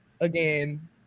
again